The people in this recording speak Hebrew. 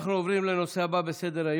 אנחנו עוברים לנושא הבא בסדר-היום,